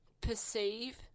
perceive